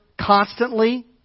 constantly